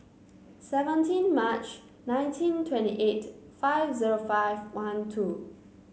seventeen March nineteen twenty eight five zero five one two